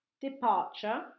departure